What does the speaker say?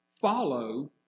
follow